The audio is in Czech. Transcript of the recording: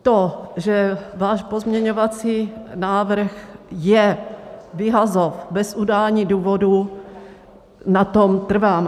To, že váš pozměňovací návrh je vyhazov bez udání důvodu, na tom trvám.